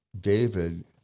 David